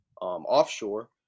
offshore